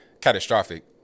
catastrophic